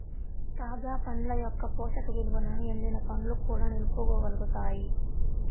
తాజా పండ్ల యొక్క పోషక విలువలను ఎండిన పండ్లు కూడా నిలుపుకోగలుగుతాయి